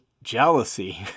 Jealousy